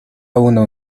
uno